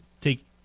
take